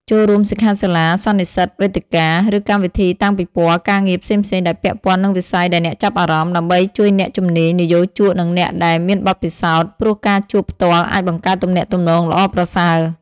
ចូលរួមសិក្ខាសាលា សន្និសីទ វេទិកា ឬកម្មវិធីតាំងពិពណ៌ការងារផ្សេងៗដែលពាក់ព័ន្ធនឹងវិស័យដែលអ្នកចាប់អារម្មណ៍ ដើម្បីជួបអ្នកជំនាញ និយោជក និងអ្នកដែលមានបទពិសោធន៍ ព្រោះការជួបផ្ទាល់អាចបង្កើតទំនាក់ទំនងល្អប្រសើរ។